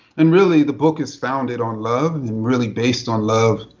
and really, the book is founded on love and really based on love.